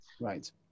Right